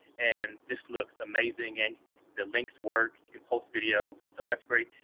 and this looks amazing, and the links work you can post videos. so, that's great.